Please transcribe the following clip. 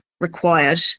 required